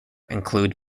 include